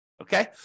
Okay